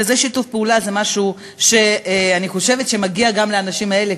זה משהו שאני חושבת שמגיע גם לאנשים האלה